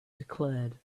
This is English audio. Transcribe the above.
declared